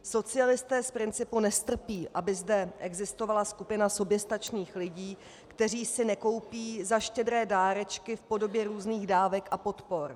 Socialisté z principu nestrpí, aby zde existovala skupina soběstačných lidí, které si nekoupí za štědré dárečky v podobě různých dávek a podpor.